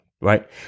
Right